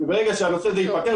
ברגע שהנושא הזה ייפתר,